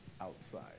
outside